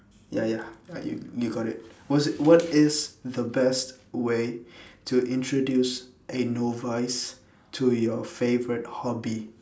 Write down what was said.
ya ya ya you you got it what is what is the best way to introduce a novice to your favourite hobby